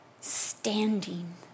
standing